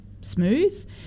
smooth